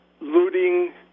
looting